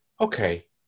okay